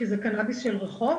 כי זה קנאביס של רחוב,